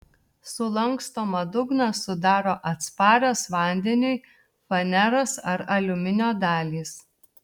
sulankstomą dugną sudaro atsparios vandeniui faneros ar aliuminio dalys